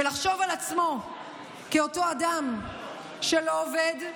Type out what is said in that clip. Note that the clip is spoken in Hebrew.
שיחשוב על עצמו כאותו אדם שלא עובד,